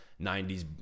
90s